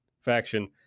faction